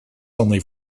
only